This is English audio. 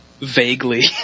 vaguely